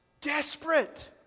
Desperate